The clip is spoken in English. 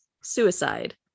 suicide